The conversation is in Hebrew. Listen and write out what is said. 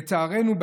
לצערנו,